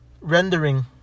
rendering